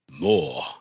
more